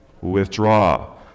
Withdraw